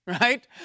Right